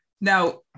now